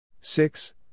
Six